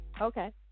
Okay